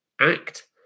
act